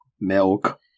milk